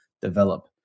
develop